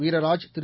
Veeraraj Thiru